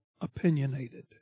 opinionated